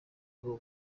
bwo